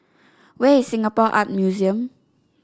where is Singapore Art Museum